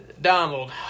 Donald